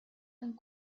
and